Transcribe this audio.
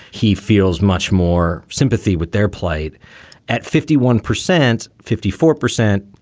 he feels much more sympathy with their plight at fifty one percent, fifty four percent.